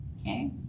okay